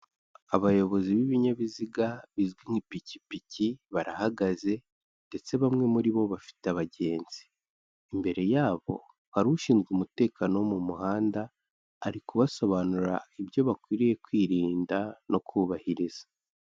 Abayobozi b'ibinyabiziga bizwi nk'ipikipiki barahagaze ndetse bamwe muri bo bafite abagenzi, imbere yabo hari ushinzwe umutekano wo mu muhanda ari kubasobanurira ibyo bakwiriye kwirinda no kubahiriza.